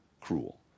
cruel